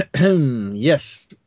yes